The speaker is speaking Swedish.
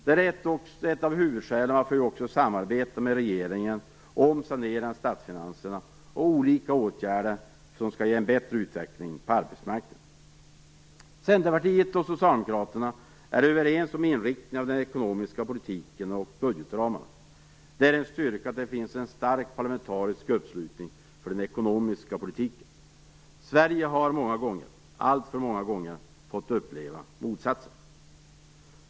Det är ett av huvudskälen till varför vi samarbetar med regeringen om saneringen av statsfinanserna och olika åtgärder som skall ge en bättre utveckling på arbetsmarknaden. Centerpartiet och Socialdemokraterna är överens om inriktningen av den ekonomiska politiken och budgetramarna. Det är en styrka att det finns en stark parlamentarisk uppslutning för den ekonomiska politiken. Sverige har många gånger, alltför många gånger, fått uppleva motsatsen.